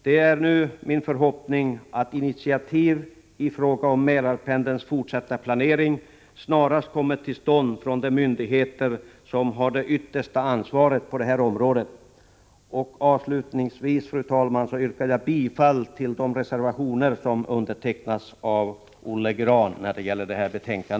Det är nu min förhoppning att initiativ i fråga om Mälarpendelns fortsatta planering snarast kommer till stånd från de myndigheter som har det yttersta ansvaret på detta område. Avslutningsvis, fru talman, yrkar jag bifall till de reservationer som har undertecknats av Olle Grahn.